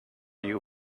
you